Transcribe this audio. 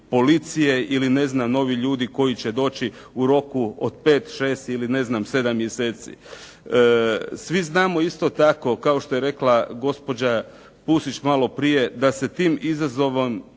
policije ili novi ljudi koji će doći u roku od 5, 6 ili 7 mjeseci. Svi znamo isto tako kao što je rekla gospođa Pusić malo prije da se tim izazovom